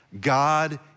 God